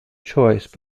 choice